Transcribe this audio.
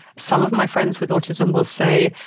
some of my friends with autism will say,